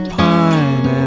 pine